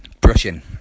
brushing